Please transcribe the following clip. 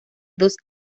dos